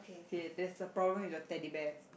okay there's a problem with the Teddy Bears